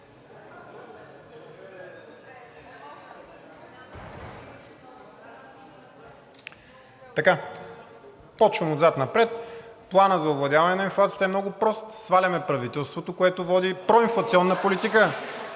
Почвам отзад напред. Планът за овладяване на инфлацията е много прост. Сваляме правителството, което води проинфлационна политика.